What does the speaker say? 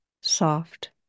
soft